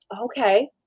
Okay